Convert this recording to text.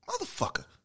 Motherfucker